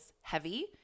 heavy